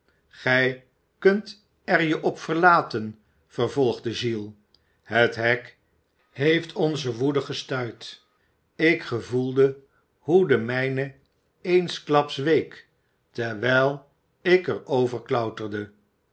gij kunt er je op verlaten vervolgde giles het hek heeft onze woede gestuit ik gevoelde hoe de mijne eensklaps week terwijl ik er over klauterde